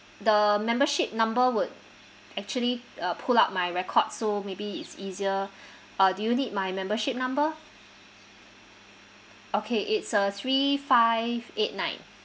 the membership number would actually uh pull out my record so maybe it's easier uh do you need my membership number okay it's uh three five eight nine